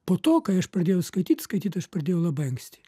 po to kai aš pradėjau skaityt skaityt aš pradėjau labai anksti